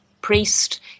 priest